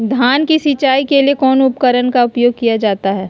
धान की सिंचाई के लिए कौन उपकरण का उपयोग किया जाता है?